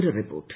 ഒരു റിപ്പോർട്ട്